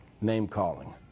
Name-calling